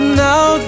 now